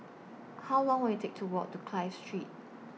How Long Will IT Take to Walk to Clive Street